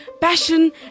passion